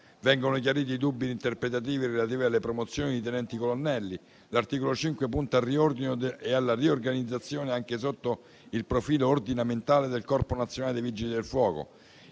Vengono chiariti i dubbi interpretativi relativi alle promozioni di tenenti colonnelli; l'articolo 5 punta al riordino e alla riorganizzazione anche sotto il profilo ordinamentale del Corpo nazionale dei vigili del fuoco.